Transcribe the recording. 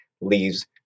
leaves